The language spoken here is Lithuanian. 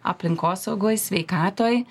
aplinkosaugoj sveikatoj